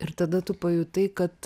ir tada tu pajutai kad